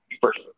first